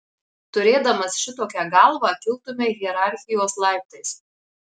turėdamas šitokią galvą kiltumei hierarchijos laiptais